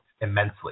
immensely